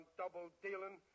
double-dealing